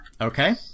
Okay